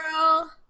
girl